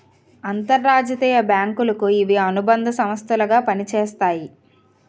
అంతర్జాతీయ బ్యాంకులకు ఇవి అనుబంధ సంస్థలు గా పనిచేస్తాయి